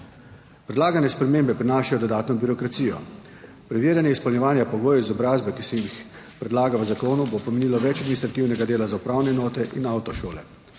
Predlagane spremembe prinašajo dodatno birokracijo. Preverjanje izpolnjevanja pogojev izobrazbe, ki se jih predlaga v zakonu, bo pomenilo več administrativnega dela za upravne enote in avtošole.